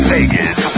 Vegas